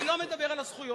אני לא מדבר על הזכויות,